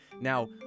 Now